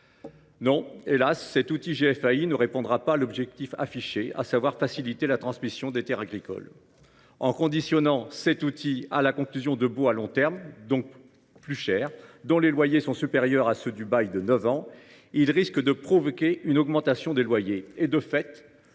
Non, hélas ! cet outil ne permettra pas d’atteindre l’objectif affiché, qui est de faciliter la transmission des terres agricoles. En conditionnant cet outil à la conclusion de baux à long terme, dont les loyers sont supérieurs à ceux du bail de neuf ans, il risque de provoquer une augmentation des loyers et, en fait,